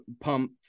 Pump